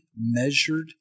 measured